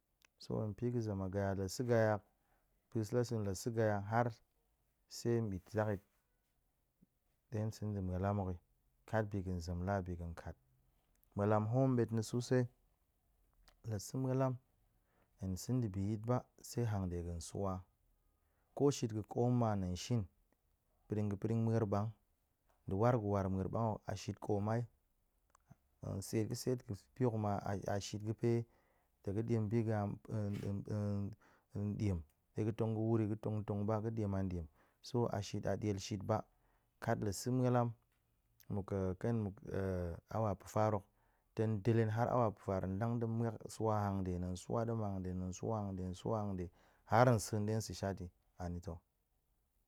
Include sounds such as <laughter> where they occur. So hen pi ga̱ zem a gaya, la sa̱ gaya, pa̱s la sa̱en la sa̱ gaya har se bit zak yit ɗe se nda̱ mualm yi, kat bi ga̱n zem la bi ga̱n kat, mualam hoom bt na̱ susai, la sa̱ mualam hen sa̱ dibi yit ba, se hanɗe ga̱n swa, ko shit ga̱ koom ma hen nen shin, piring ga̱ piring muer bang nɗe war ga̱ war muer bang hok a shit koom ai, seet ga̱ seet ga̱ pi ma a a shit ga̱ pe tong ga̱ ɗiam bi ga̱ <hesitation> de ga̱ tong ga̱ wur gə tong tong ba ga̱ diam an diam, so a shit a ɗiel shit ba kat la sa̱ mualam muk <hesitation> ƙen muk hour pa̱far hok ten del hen har hour pa̱far hok tong lang dem muak swa hanɗe hen swa dem a hanɗe, hen swa hanɗe, hen swa hanɗe, swa hanɗe har nsa̱a̱n de sa̱ shat ti anita̱